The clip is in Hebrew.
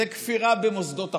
זו כפירה במוסדות החוק,